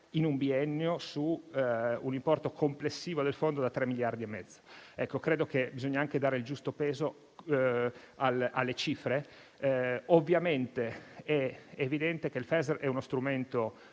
in un biennio, su un importo complessivo del fondo di 3,5 miliardi. Credo quindi che occorra anche dare il giusto peso alle cifre. Ovviamente è evidente che il FEASR è uno strumento